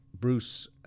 Bruce